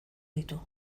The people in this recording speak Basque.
ditu